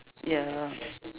ya